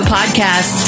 Podcast